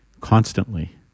constantly